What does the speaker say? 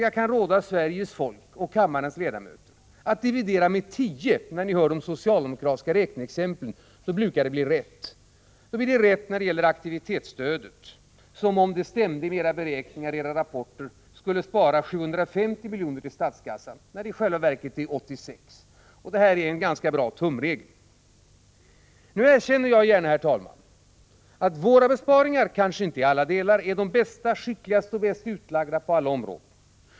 Jag kan råda Sveriges folk och kammarens ledamöter att dividera med tio när ni hör de socialdemokratiska räkneexemplen för att få rätt summa. Då blir det en riktig beräkning när det gäller aktivitetsstödet, som skulle spara 750 miljoner i statskassan om era beräkningar och rapporter stämde, när det i själva verket är fråga om 86 miljoner. Det här är en ganska bra tumregel. Jag erkänner gärna, herr talman, att våra besparingar kanske inte i alla delar är de bästa, de skickligaste och de bäst utlagda på alla områden.